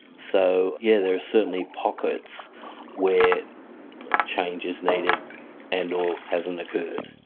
so yeah there are certainly pockets where change is needed and or hasn't occurred.